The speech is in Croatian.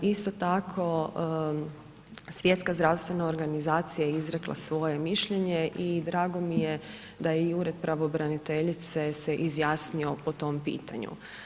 Isto tako Svjetska zdravstvena organizacija je izrekla svoje mišljenje i drago mi je da i Ured pravobraniteljice se izjasnio po tom pitanju.